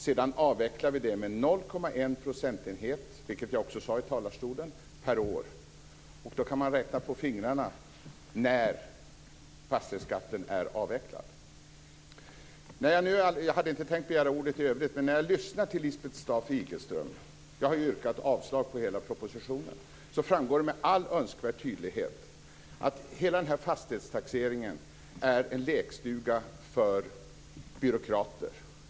Sedan avvecklar vi med 0,1 procentenhet per år, vilket jag sade i talarstolen. Då kan man räkna på fingrarna när fastighetsskatten är avvecklad. Jag hade inte tänkt begära ordet i övrigt, men när jag lyssnar till Lisbeth Staaf-Igelström - jag har yrkat avslag på hela propositionen - framgår det med all önskvärd tydlighet att hela denna fastighetstaxering är en lekstuga för byråkrater.